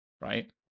right